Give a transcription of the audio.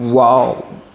wow